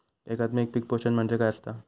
एकात्मिक पीक पोषण म्हणजे काय असतां?